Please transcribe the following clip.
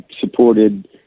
supported